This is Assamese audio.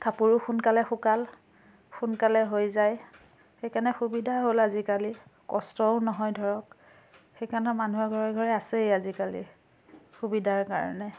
কাপোৰো সোনকালে শুকাল সোনকালে হৈ যায় সেইকাৰণে সুবিধা হ'ল আজিকালি কষ্টও নহয় ধৰক সেইকাৰণে মানুহৰ ঘৰে ঘৰে আছেই আজিকালি সুবিধাৰ কাৰণে